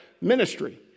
ministry